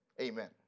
Amen